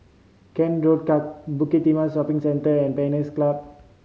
Kent Road Bukit Timah Shopping Centre and Pines Club